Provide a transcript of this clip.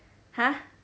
!huh!